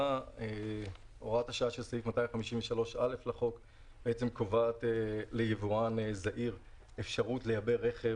הוראת השעה של סעיף 253(א) לחוק קובעת אפשרות ליבואן זעיר לייבא רכב